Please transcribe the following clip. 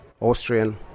Austrian